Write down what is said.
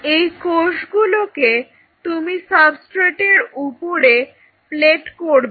এই কোষগুলোকে তুমি সাবস্ট্রেট এর উপরে প্লেট করবে